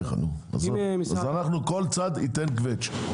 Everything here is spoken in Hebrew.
כל צד ייתן קווצ'.